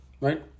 right